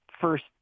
first